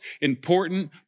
important